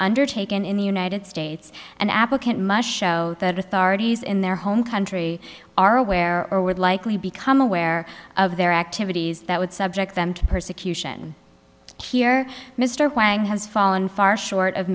undertaken in the united states an applicant must show that authorities in their home country are aware or would likely become aware of their activities that would subject them to persecution here mr huang has fallen far short of